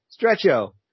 Stretcho